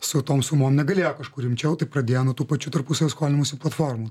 su tom sumom negalėjo kažkur rimčiau tai pradėjo nuo tų pačių tarpusavio skolinimosi platformų